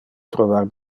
trovar